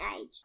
age